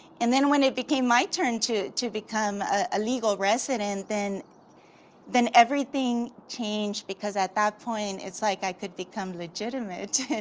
and then when it became my turn to to become a legal resident, then then everything changed because at that point it's like i could become legitimate,